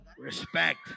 Respect